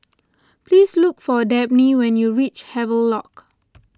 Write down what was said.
please look for Dabney when you reach Havelock